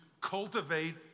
cultivate